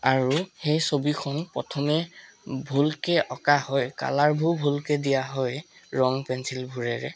আৰু সেই ছবিখন প্ৰথমে ভুলকৈ অঁকা হয় কালাৰবোৰ ভুলকৈ দিয়া হয় ৰং পেঞ্চিলবোৰেৰে